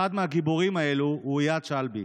אחד מהגיבורים האלה הוא איאד שלבי,